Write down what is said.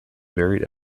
buried